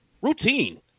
Routine